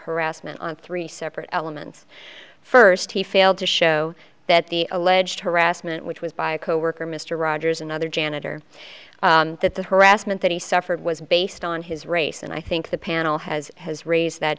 harassment on three separate elements first he failed to show that the alleged harassment which was by a coworker mr rogers another janitor that the harassment that he suffered was based on his race and i think the panel has has raised that